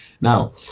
Now